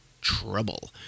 trouble